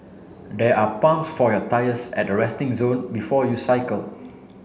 there are pumps for your tyres at the resting zone before you cycle